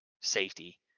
safety